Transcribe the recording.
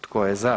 Tko je za?